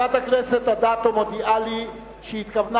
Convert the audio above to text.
חברת הכנסת אדטו מודיעה לי שהיא התכוונה